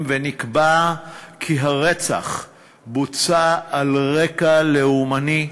ונקבע כי הרצח בוצע על רקע לאומני,